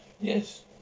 Yes